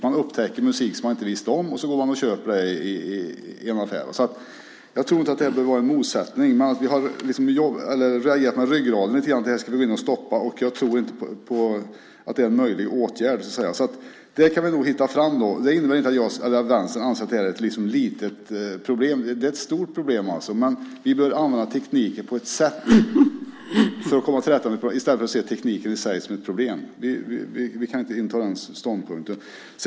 Man upptäcker musik som man inte visste om, och så går man och köper den i en affär. Jag tror inte att det här behöver vara en motsättning. Vi har reagerat lite grann med ryggraden och sagt att det här ska vi stoppa. Jag tror inte att det är en möjlig åtgärd. Där kan vi nog hitta fram till ett sätt. Det innebär inte att Vänstern anser att det här är ett litet problem. Det är ett stort problem. Men vi bör använda tekniken för att komma till rätta med problemet i stället för att se tekniken i sig som ett problem. Vi kan inte inta den ståndpunkten.